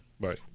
Bye